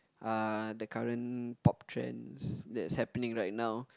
uh the current pop trends that's happening right now